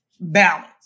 balance